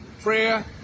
prayer